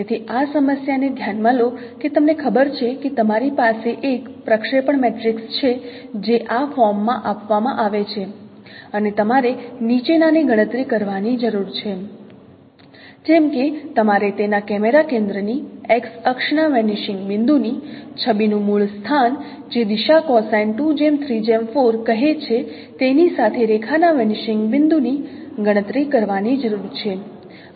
તેથી આ સમસ્યા ને ધ્યાન માં લો કે તમને ખબર છે કે તમારી પાસે એક પ્રક્ષેપણ મેટ્રિક્સ છે જે આ ફોર્મમાં આપવામાં આવે છે અને તમારે નીચેનાની ગણતરી કરવાની જરૂર છે જેમ કે તમારે તેના કેમેરા કેન્દ્રની X અક્ષના વેનિશિંગ બિંદુની છબીનું મૂળ સ્થાન જે દિશા કોસાઇન કહે છે તેની સાથે રેખા ના વેનિશિંગ બિંદુની ગણતરી કરવાની જરૂર છે